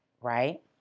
right